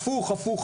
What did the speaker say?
הפוך.